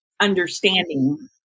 understanding